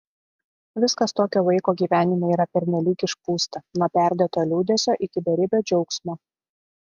viskas tokio vaiko gyvenime yra pernelyg išpūsta nuo perdėto liūdesio iki beribio džiaugsmo